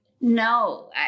No